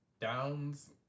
Downs